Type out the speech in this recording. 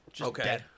Okay